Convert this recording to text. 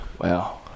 wow